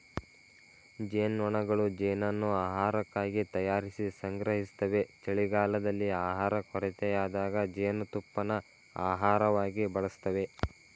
ಜೇನ್ನೊಣಗಳು ಜೇನನ್ನು ಆಹಾರಕ್ಕಾಗಿ ತಯಾರಿಸಿ ಸಂಗ್ರಹಿಸ್ತವೆ ಚಳಿಗಾಲದಲ್ಲಿ ಆಹಾರ ಕೊರತೆಯಾದಾಗ ಜೇನುತುಪ್ಪನ ಆಹಾರವಾಗಿ ಬಳಸ್ತವೆ